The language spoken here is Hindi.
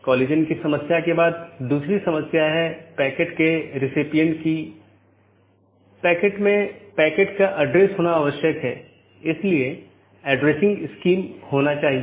यह विज्ञापन द्वारा किया जाता है या EBGP वेपर को भेजने के लिए राउटिंग विज्ञापन बनाने में करता है